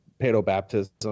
pedo-baptism